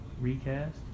Recast